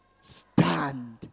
Stand